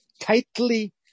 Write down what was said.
tightly